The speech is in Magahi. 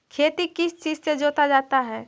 खेती किस चीज से जोता जाता है?